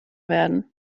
werden